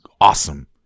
awesome